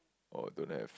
oh don't have